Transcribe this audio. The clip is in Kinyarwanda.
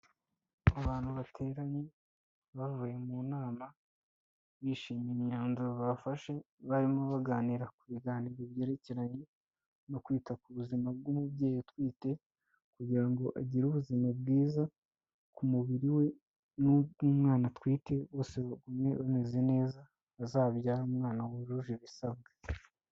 Abantu bateranye bavuye mu nama, bishimiye imyanzuro bafashe barimo baganira ku biganiro byerekeranye no kwita ku buzima bw'umubyeyi utwite kugira ngo agire ubuzima bwiza, ku mubiri we n'ubw'umwana atwite, bose bagume bameze neza, azabyare umwana wujuje ibisabwa.